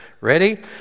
Ready